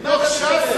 מה זה "מבית" מתוך ש"ס?